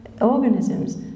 organisms